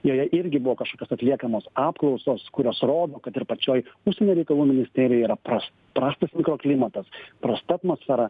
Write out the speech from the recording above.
joje irgi buvo kažkokios atliekamos apklausos kurios rodo kad ir pačioj užsienio reikalų ministerijoj yra pras prastas mikroklimatas prasta atmosfera